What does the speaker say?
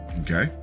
Okay